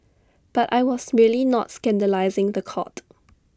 but I was really not scandalising The Court